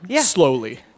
slowly